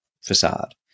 facade